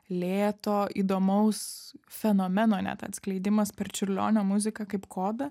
lėto įdomaus fenomeno net atskleidimas per čiurlionio muziką kaip kodą